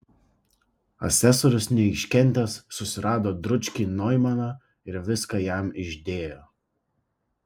asesorius neiškentęs susirado dručkį noimaną ir viską jam išdėjo